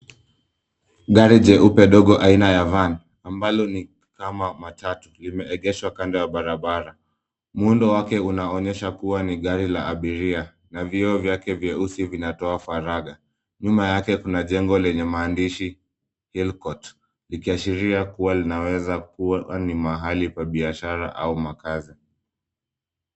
Gari jeupe dogo aina ya van ambalo ni kama matatu, limeegeshwa kando ya barabara. Muundo wake unaonyesha kuwa ni gari la abiria na vioo vyake vyeusi vinatoa faraga. Nyuma yake kuna jengo lenye maandishi Hill Court likiashiria kuwa linaweza kuwa ni mahali pa biashara au makazi.